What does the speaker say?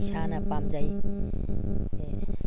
ꯏꯁꯥꯅ ꯄꯥꯝꯖꯩ